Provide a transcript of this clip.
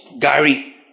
gary